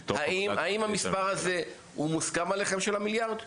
האם המספר הזה של מיליארד הוא מוסכם עליכם?